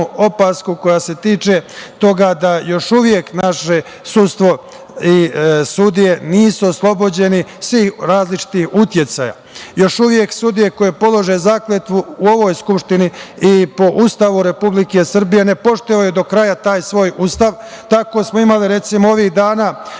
koja se tiče toga da još uvek naše sudstvo i sudije nisu oslobođeni svih različitih uticaja. Još uvek sudije koje polože zakletvu u ovoj Skupštini i po Ustavu Republike Srbije ne poštuju do kraja taj svoj Ustav. Tako smo imali, recimo, ovih dana